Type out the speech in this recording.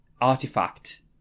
artifact